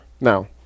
now